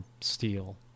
steel